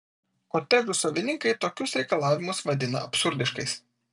kotedžų savininkai tokius reikalavimus vadina absurdiškais